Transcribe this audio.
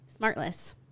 Smartless